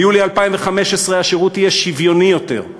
מיולי 2015 השירות יהיה שוויוני יותר,